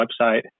website